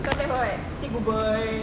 come back for what said goodbye